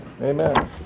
amen